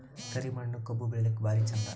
ಕರಿ ಮಣ್ಣು ಕಬ್ಬು ಬೆಳಿಲ್ಲಾಕ ಭಾರಿ ಚಂದ?